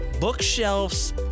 Bookshelves